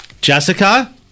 Jessica